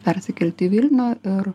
persikelti į vilnių ir